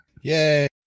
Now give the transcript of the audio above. Yay